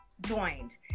joined